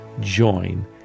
join